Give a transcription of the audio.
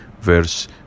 verse